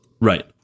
right